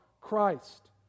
Christ